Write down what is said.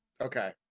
Okay